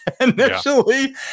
initially